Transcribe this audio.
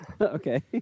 Okay